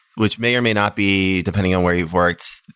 which may or may not be depending on where you've worked,